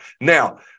Now